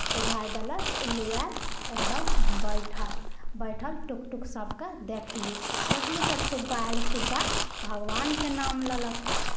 सुझाइ देलक तऽ उल्लू आयल एकदम बैठल बैठल टुकटुक सभकेँ देखली देखली तऽ सुग्गा आयल सुग्गा भगवानके नाम लेलक